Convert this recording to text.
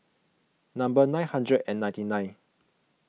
number nine hundred and ninety nine